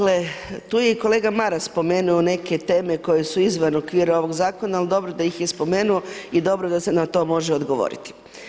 Tu je i kolega Maras spomenuo neke teme koje su izvan okvira ovog zakona ali dobro da ih je spomenuo i da se na to može odgovoriti.